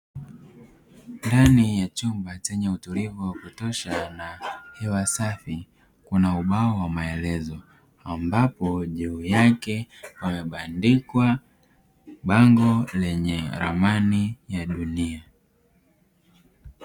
Ndani ya chumba chenye utulivu wa kutosha pana hewa safi kuna ubao wenye maelezo, ambapo juu yake pamebandikwa bango lenye ramani ya dunia.